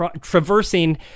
traversing